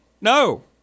No